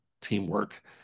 teamwork